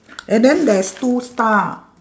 and then there's two star